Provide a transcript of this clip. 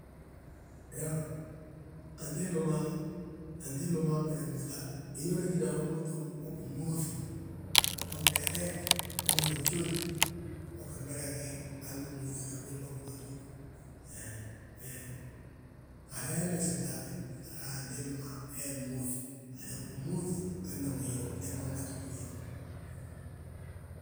Iyoo, antimbi ma, antimbi maa mmada múuŧa, hínooni gína awomi toom ugí múuŧi. Han flee teeg ungíti bjóodi, ugí mada gí hal ma múuŧina a gwili ma gdúba tu he. He Haala he megsinte hambe, antimbi ma hee mmúŧ, handu angí mmúŧi hando ngi flee ma uŋati dúniyaa wo.